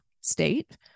state